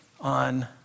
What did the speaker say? on